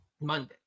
Monday